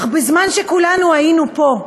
אך בזמן שכולנו היינו פה,